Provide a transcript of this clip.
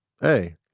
hey